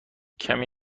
کمی